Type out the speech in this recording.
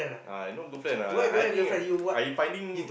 uh I no good friend lah I think I finding